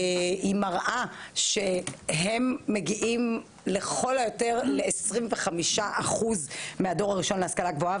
היא מראה שהם מגיעים לכל היותר לכ-25% מהדור הראשון להשכלה גבוהה,